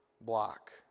block